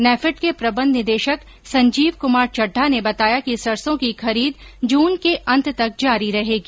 नैफेड के प्रबंध निदेशक संजीव कुमार चड्ढा ने बताया कि सरसों की खरीद जून के अंत तक जारी रहेगी